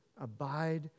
Abide